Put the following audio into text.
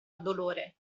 dolore